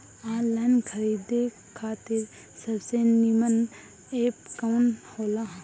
Online खरीदे खातिर सबसे नीमन एप कवन हो ला?